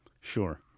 Sure